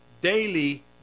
daily